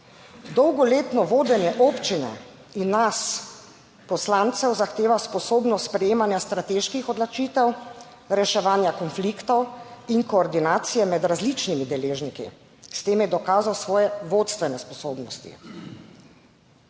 Dolgoletno vodenje občine in nas poslancev zahteva sposobnost sprejemanja strateških odločitev, reševanja konfliktov in koordinacije med različnimi deležniki. S tem je dokazal svoje vodstvene sposobnosti.